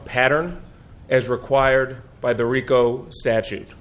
pattern as required by the rico statu